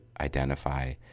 identify